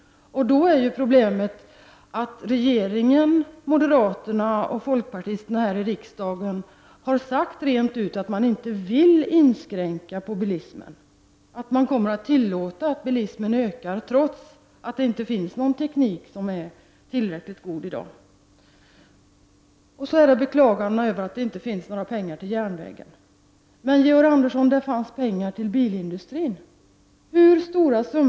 Problemet är att regeringen och moderaterna och folkpartisterna här i riksdagen har sagt rent ut att de inte vill inskränka bilismen och att de kommer att tillåta att bilismen ökar, trots att det inte finns någon teknik som är tillräckligt bra i dag. Det beklagas att det inte finns några pengar över till järnvägen. Det fanns pengar till bilindustrin, Georg Andersson.